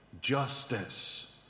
justice